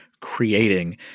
creating